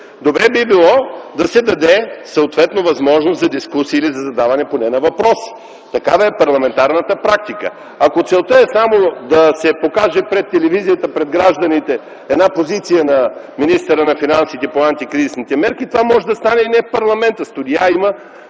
Добре би било да се даде съответно възможност за дискусия или за задаване поне на въпроси. Такава е парламентарната практика. Ако целта е само да се покаже пред телевизията, пред гражданите една позиция на министъра на финансите по антикризисните мерки, това може да стане и не в парламента, студия има